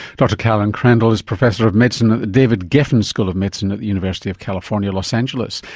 dr carolyn crandall is professor of medicine at the david geffen school of medicine at the university of california los angeles.